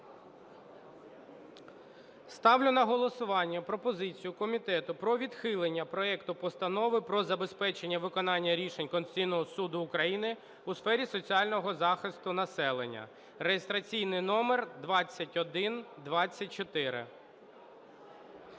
Ставлю на голосування пропозицію комітету про відхилення проекту Постанови про забезпечення виконання рішень Конституційного Суду України у сфері соціального захисту населення (реєстраційний номер 2124).